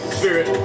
Spirit